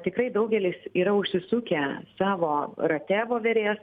tikrai daugelis yra užsisukę savo rate voverės